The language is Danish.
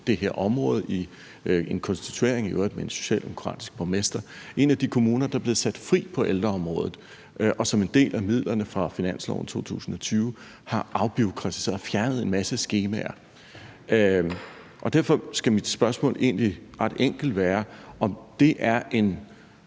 det her område, i øvrigt i en konstituering med en socialdemokratisk borgmester, en af de kommuner, der er blevet sat fri på ældreområdet, og der som en del af midlerne fra finansloven 2020 har afbureaukratiseret og fjernet en masse skemaer. Derfor skal mit spørgsmål egentlig ret enkelt være, om det er et